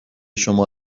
شما